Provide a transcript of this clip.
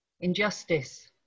Injustice